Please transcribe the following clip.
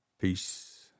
Peace